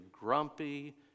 grumpy